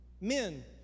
Men